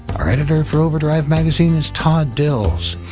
our editor for overdrive magazine is todd dills.